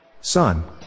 Son